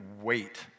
wait